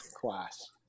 class